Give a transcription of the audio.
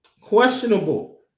questionable